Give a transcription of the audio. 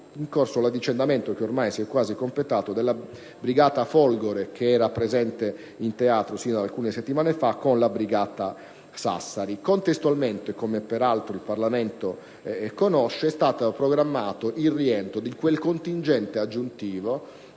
in corso l'avvicendamento, ormai quasi completato, della Brigata Folgore, presente in questo teatro fino a poche settimane fa, con la Brigata Sassari. Contestualmente, come peraltro il Parlamento conosce, è stato programmato il rientro del contingente aggiuntivo